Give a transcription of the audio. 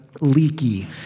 leaky